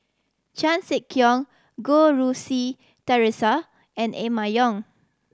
Chan Sek Keong Goh Rui Si Theresa and Emma Yong